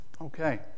Okay